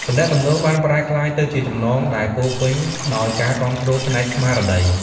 ទំនាក់ទំនងបានប្រែក្លាយទៅជាចំណងដែលពោរពេញដោយការគាំទ្រផ្នែកស្មារតី។